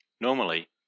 Normally